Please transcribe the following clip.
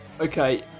okay